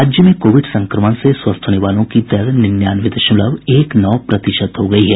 राज्य में कोविड संक्रमण से स्वस्थ होने वालों की दर निन्यानवे दशमलव एक नौ प्रतिशत हो गयी है